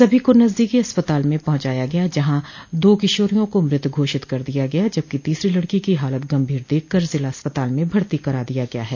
सभी को नजदीकी अस्पताल पहुंचाया गया जहां दो किशारियों को मृत घोषित कर दिया गया जबकि तीसरी लड़की की हालत गंभीर देखकर जिला अस्पताल में भर्ती कराया दिया गया है